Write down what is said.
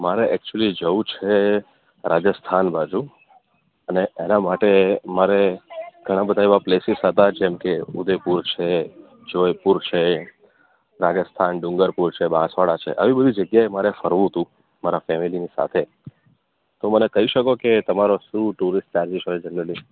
મારે એકચુંલી જવું છે રાજસ્થાન બાજુ અને એના માટે મારે ઘણાં બધા એવાં પ્લેસીસ હતાં જેમકે ઉદયપુર છે જોધપુર છે રાજસ્થાન ડુંગરપુર છે બાંસવાડા છે આવી બધી જગ્યાએ મારે ફરવું હતું મારા ફેમેલીની સાથે તો મને કહી શકો કે તમારો શું ટૂરિસ ચાર્જિસ હોય જનરલી